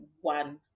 one